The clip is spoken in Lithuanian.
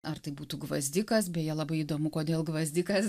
ar tai būtų gvazdikas beje labai įdomu kodėl gvazdikas